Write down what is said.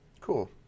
Cool